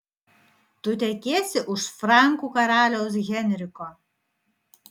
tu tekėsi už frankų karaliaus henriko